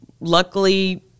luckily